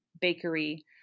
bakery